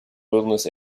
wilderness